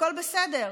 הכול בסדר.